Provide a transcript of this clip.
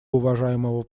уважаемого